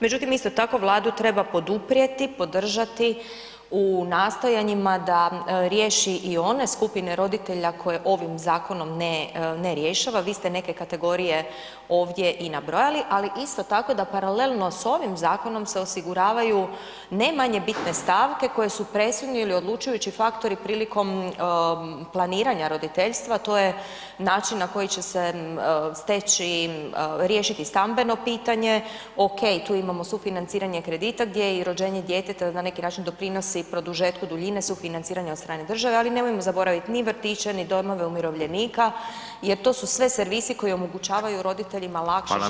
Međutim, isto tako, Vladu treba poduprijeti, podržati u nastojanjima da riješi i one skupine roditelja koje ovim zakonom ne rješava, vi ste neke kategorije ovdje i nabrojali, ali isto tako da paralelno s ovim zakonom se osiguravaju ne manje bitne stavke koje su presudni ili odlučujući faktori prilikom planiranja roditeljstva, a to je način na koji će se steći riješiti stambeno pitanje, okej tu imamo sufinanciranje kredita gdje i rođenje djeteta na neki način doprinosi produžetku duljine sufinanciranja od strane države ali nemojmo zaboravit ni vrtiće, ni domove umirovljenika jer to su sve servisi koji omogućavaju roditeljima lakši život i veću posvećenost.